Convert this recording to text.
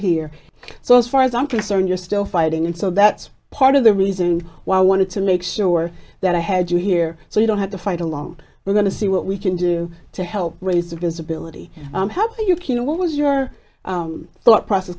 here so as far as i'm concerned you're still fighting and so that's part of the reason why i wanted to make sure that i had you here so you don't have to fight along we're going to see what we can do to help raise the visibility and help you kena what was your thought process